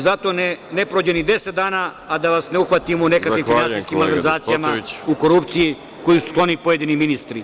Zato ne prođe ni deset dana, a da vas ne uhvatimo u nekakvim finansijskim malverzacijama, u korupciji kojoj su skloni pojedini ministri.